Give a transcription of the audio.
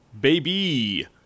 baby